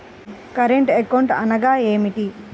Current account అనగా ఏమిటి?